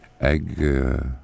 egg